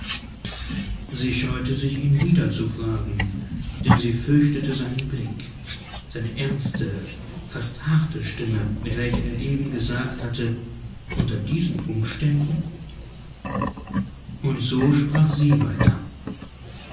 hier sie scheute sich ihn wieder zu fragen denn sie fürchtete seinen blick seine ernste fast harte stimme mit welcher er eben gesagt hatte unter diesen umständen und so sprach sie weiter